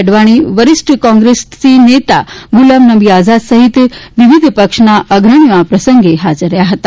અડવાણી વરિષ્ઠ કોંગ્રેસ નેતા ગુલામનબી આઝાદ સહિત વિવિધ પક્ષના અગ્રણીઓ આ પ્રસંગે હાજર રહ્યા હતા